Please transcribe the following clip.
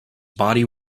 body